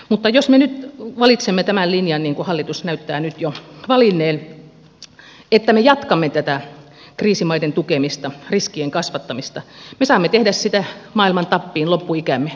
mutta jos me nyt valitsemme tämän linjan niin kuin hallitus näyttää nyt jo valinneen että me jatkamme tätä kriisimaiden tukemista riskien kasvattamista me saamme tehdä sitä maailman tappiin loppuikämme